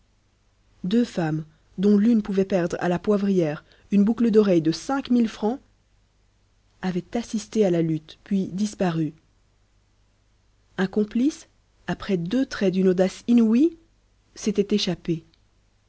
deux femmes dont l'une pouvait perdre à la poivrière une boucle d'oreille de francs avaient assisté à la lutte puis disparu un complice après deux traits d'une audace inouïe s'était échappé